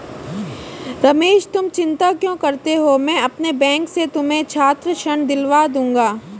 रमेश तुम चिंता क्यों करते हो मैं अपने बैंक से तुम्हें छात्र ऋण दिलवा दूंगा